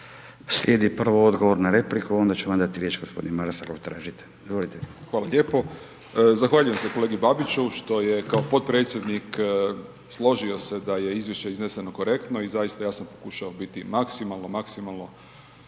Slijedi prvo odgovor na repliku, onda ću vam dati riječ g. Maras ako tražite. **Jovanović, Željko (SDP)** Hvala lijepo. Zahvaljujem se kolegi Babiću što je kao potpredsjednik složio se da je izvješće izneseno korektno i zaista, ja sam pokušao biti maksimalno, maksimalno